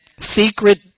secret